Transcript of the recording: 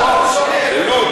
להגיד,